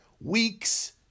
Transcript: weeks